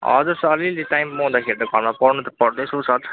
हजुर सर अलिअलि टाइम पाउँदाखेरि त घरमा पढ्नु त पढ्दैछु सर